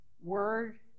word